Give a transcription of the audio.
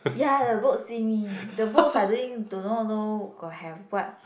ya the books see me the books are doing do not know got have what